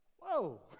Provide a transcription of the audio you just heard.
Whoa